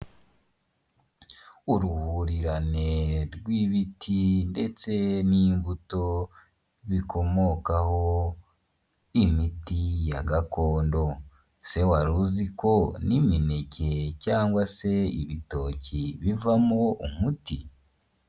Uruhurirane rw'ibiti ndetse n'imbuto bikomokaho imiti ya gakondo, se wari uzi ko n'imineke cyangwa se ibitoki bivamo umuti.